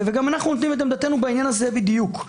גם אנחנו נותנים את עמדתנו בעניין הזה בדיוק.